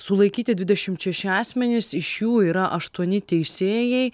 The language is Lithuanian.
sulaikyti dvidešimt šeši asmenys iš jų yra aštuoni teisėjai